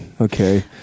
okay